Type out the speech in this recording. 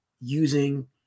using